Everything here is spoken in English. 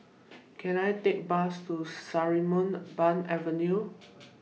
Can I Take A Bus to Sarimbun Avenue